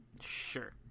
Sure